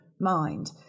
mind